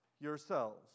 yourselves